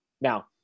Now